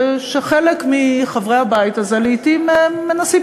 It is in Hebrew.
שחלק מחברי הבית הזה לעתים מנסים,